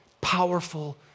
powerful